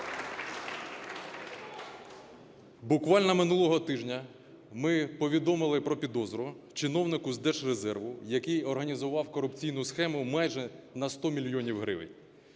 Буквально минулого тижня ми повідомили про підозру чиновнику з Держрезерву, який організував корупційну схему майже на 100 мільйонів гривень.